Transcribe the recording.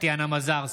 טטיאנה מזרסקי,